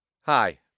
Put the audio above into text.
Hi